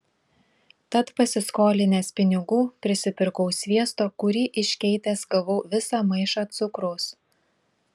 tad pasiskolinęs pinigų prisipirkau sviesto kurį iškeitęs gavau visą maišą cukraus